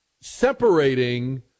separating